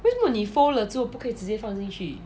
为什么你 fold 了之后不可以直接放进去